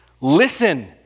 Listen